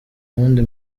wundi